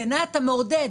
בעיניי אתה מעודד,